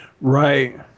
right